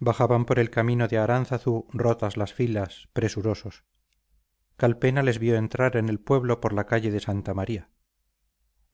bajaban por el camino de aránzazu rotas las filas presurosos calpena les vio entrar en el pueblo por la calle de santa maría